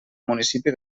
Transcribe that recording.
municipi